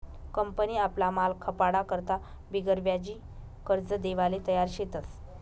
company आपला माल खपाडा करता बिगरव्याजी कर्ज देवाले तयार शेतस